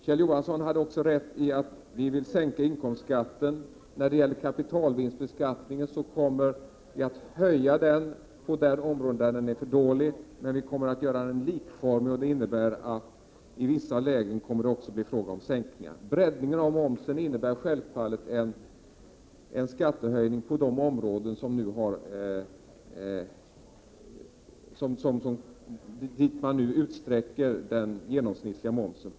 Kjell Johansson hade också rätt i att vi vill sänka inkomstskatten. Kapitalvinstbeskattningen kommer vi att höja på de områden där den nu är för dålig. Men vi kommmer att göra den likformig, och det innebär att det i vissa lägen också kommer att bli fråga om sänkningar. Breddningen av momsen innebär självfallet en skattehöjning på de områden till vilka man nu utsträcker den genomsnittliga momsen.